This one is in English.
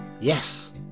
Yes